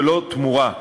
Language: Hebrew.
ובלא תמורה.